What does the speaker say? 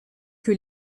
que